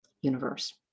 universe